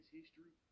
history